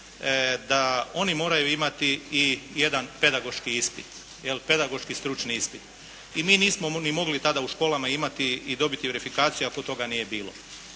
da oni moraju imati i jedan pedagoški ispit, pedagoški stručni ispit. I mi nismo ni mogli tada u školama imati i dobiti verifikaciju ako toga nije bilo.